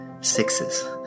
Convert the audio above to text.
sixes